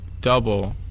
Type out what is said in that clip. double